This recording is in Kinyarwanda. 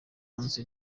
hanze